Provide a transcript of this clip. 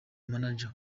manager